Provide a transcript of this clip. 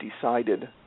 decided